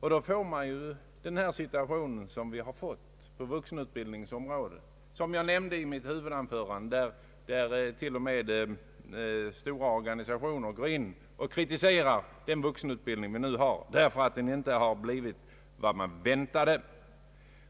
Då uppstår en sådan situation som vi nu fått på vuxenutbildningens område, vilket jag nämnde i mitt huvudanförande. Till och med stora organisationer kritiserar den vuxenutbildning vi nu har, därför att den inte blivit vad man väntade.